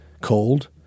cold